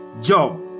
job